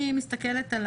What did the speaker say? אני מסתכלת על